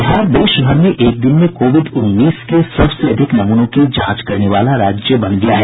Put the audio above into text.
बिहार देश में एक दिन में कोविड उन्नीस के सबसे अधिक नमूनों की जांच करने वाला राज्य बन गया है